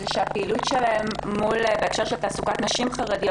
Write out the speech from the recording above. זה שהפעילות שלהם בהקשר של תעסוקת נשים חרדיות